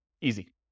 Easy